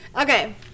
Okay